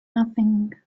nothing